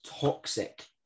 toxic